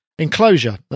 enclosure